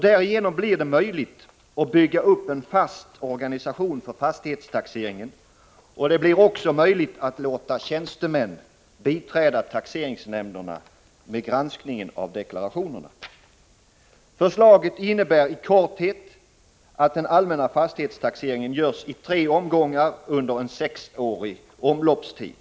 Därigenom blir det möjligt att bygga upp en fast organisation för fastighetstaxeringen och även att låta tjänstemän biträda taxeringshämnderna med granskning av deklarationerna. Förslaget innebär i korthet att den allmänna fastighetstaxeringen görs i tre omgångar under en sexårig omloppstid.